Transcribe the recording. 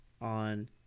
on